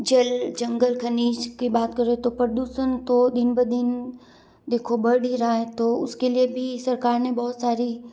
जल जंगल खनिज की बात करें तो प्रदूषण तो दिन ब दिन देखो बढ़ ही रहा है तो उसके लिए भी सरकार ने बहुत सारी